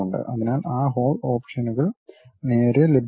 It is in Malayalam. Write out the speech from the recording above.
അതിനാൽ ആ ഹോൾ ഓപ്ഷനുകൾ നേരെ ലഭ്യമാണ്